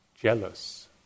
Jealous